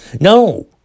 No